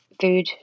food